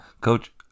Coach